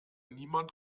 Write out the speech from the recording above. niemand